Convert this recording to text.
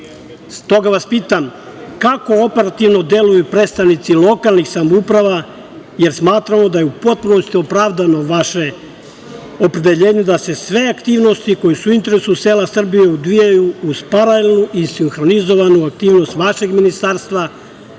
toga vas pitam kako operativno deluju predstavnici lokalnih samouprava, jer smatramo da je u potpunosti opravdano vaše opredeljenje da se sve aktivnosti koje su u interesu sela Srbije odvijaju uz paralelu i sinhronizovanu aktivnost vašeg ministarstva